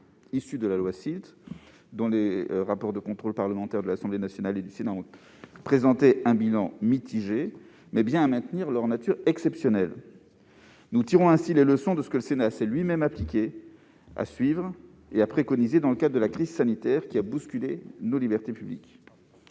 issues de la loi SILT, dont les rapports de contrôle parlementaire de l'Assemblée nationale et du Sénat ont présenté un bilan mitigé, mais bien à maintenir leur nature exceptionnelle. Nous tirons ainsi les leçons des mesures que le Sénat s'est lui-même appliqué à suivre et à préconiser dans le cadre de la crise sanitaire qui a bousculé nos libertés publiques.